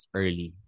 early